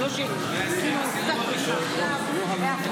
להלן תוצאות ההצבעה: 64 בעד, 56